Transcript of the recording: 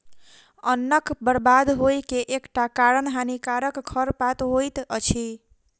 अन्नक बर्बाद होइ के एकटा कारण हानिकारक खरपात होइत अछि